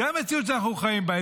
זו המציאות שאנחנו חיים בה.